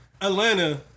Atlanta